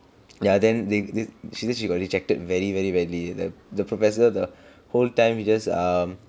ya then they she say she got rejected very very badly the the professor the whole time